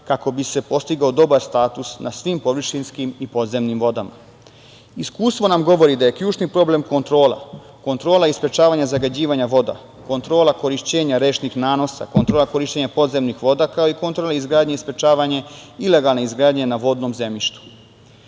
kako bi se postigao dobar status na svim površinskim i podzemnim vodama. Iskustvo nam govori da je ključni problem kontrola, kontrola i sprečavanje zagađivanja voda, kontrola korišćenja rečnih nanosa, kontrola korišćenja podzemnih voda, kao i kontrola izgradnje i sprečavanje ilegalne izgradnje na vodnom zemljištu.U